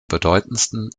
bedeutendsten